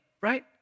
right